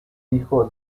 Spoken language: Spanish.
hijo